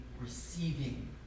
receiving